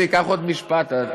וצריך לתת לכולם לדבר באופן שווה.